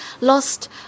lost